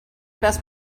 best